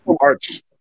March